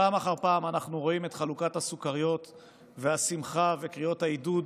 פעם אחר פעם אנחנו רואים את חלוקת הסוכריות והשמחה וקריאות העידוד